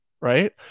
Right